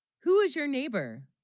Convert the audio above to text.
who is your neighbor